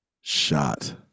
shot